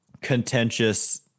contentious